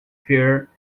fair